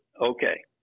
okay